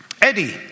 Eddie